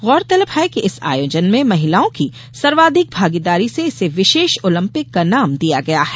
गौरतलब है कि इस आयोजन में महिलाओं की सर्वाधिक भागीदारी से इसे विशेष ओलंपिक का नाम दिया गया है